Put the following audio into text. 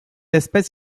espèce